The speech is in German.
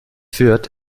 führt